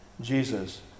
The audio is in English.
Jesus